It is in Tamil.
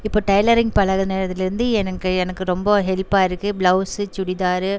இப்போ டைலரிங் பழகுனதுலேருந்து எனக்கு எனக்கு ரொம்ப ஹெல்ப்பாக இருக்குது ப்ளவுஸு சுடிதார்